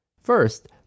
First